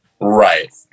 Right